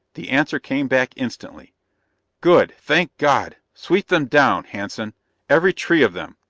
the answer came back instantly good! thank god! sweep them down, hanson every tree of them.